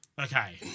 Okay